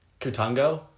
Kutango